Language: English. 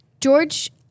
george